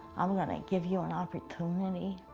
i'm gonna give you an opportunity